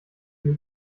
viel